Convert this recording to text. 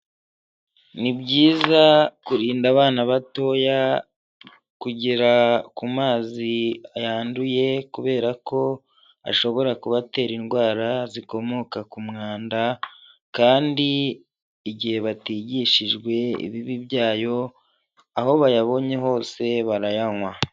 Ni byiza kurinda abana batoya kugera ku mazi yanduye kubera ko ashobora kubatera indwara zikomoka ku mwanda, kandi igihe batigishijwe ibibi byayo aho bayabonye hose barayanywa.